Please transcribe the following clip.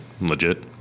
Legit